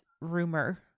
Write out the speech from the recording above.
rumor